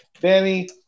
Danny